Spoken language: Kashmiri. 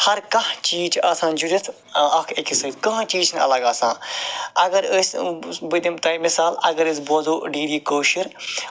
ہر کانٛہہ چیٖز چھُ آسان جُڑتھ اکھ أکس سۭتۍ کٕہٕنۍ چیٖز چھُ نہٕ الگ آسان اگر أسۍ بہٕ دمہ تۄہہِ مِثال اگر أسۍ بوزو ڈی ڈی کٲشر